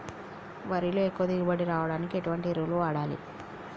వరిలో ఎక్కువ దిగుబడి రావడానికి ఎటువంటి ఎరువులు వాడాలి?